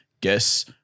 guess